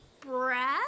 Breath